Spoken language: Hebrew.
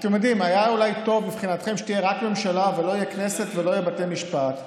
היה אולי טוב מבחינתכם שתהיה רק ממשלה ולא תהיה כנסת ולא יהיו בתי משפט,